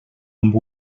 amb